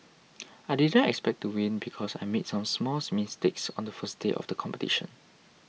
I didn't expect to win because I made some small mistakes on the first day of the competition